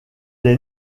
est